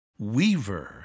weaver 、